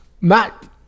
Matt